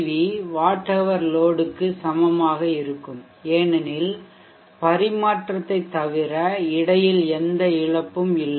we watt hour லோடுக்கு சமமாக இருக்கும் ஏனெனில் பரிமாற்றத்தைத் தவிர இடையில் எந்த இழப்பும் இல்லை